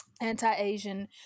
anti-asian